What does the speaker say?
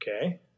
Okay